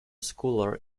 scholar